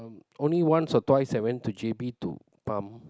only once or twice I went to J_B to pump